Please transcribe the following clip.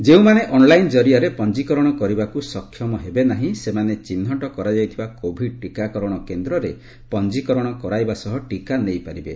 ଯେଉଁମାନେ ଅନଲାଇନ କରିଆରେ ପଞ୍ଜୀକରଣ କରିବାକୁ ସକ୍ଷମ ହେବେ ନାହିଁ ସେମାନେ ଚିହ୍ନଟ କରାଯାଇଥିବା କୋଭିଡ ଟିକାକରଣ କେନ୍ଦ୍ରରେ ପଞ୍ଜୀକରଣ କରାଇବା ସହ ଟିକା ନେଇପାରିବେ